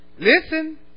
Listen